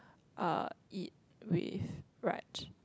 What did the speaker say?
uh eat with Raj